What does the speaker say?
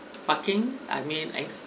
parking I mean